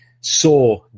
saw